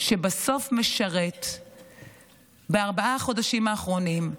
שבסוף משרת בארבעת החודשים האחרונים,